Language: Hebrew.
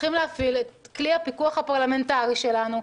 צריכים להפעיל את כלי הפיקוח הפרלמנטרי שלנו,